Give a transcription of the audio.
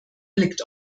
liegt